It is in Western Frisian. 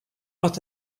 oft